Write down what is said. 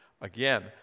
Again